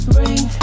Bring